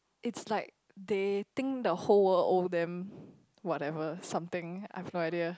it's like they think the whole world owe them whatever something I have no idea